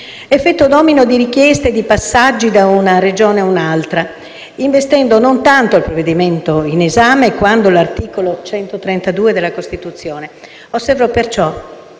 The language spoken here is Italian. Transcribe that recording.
effetto domino di richieste di passaggi da una Regione ad un'altra, investendo non tanto il provvedimento in esame quanto l'articolo 132 della Costituzione. Osservo, perciò,